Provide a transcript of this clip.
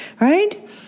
right